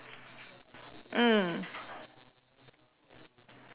mm